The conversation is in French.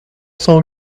cents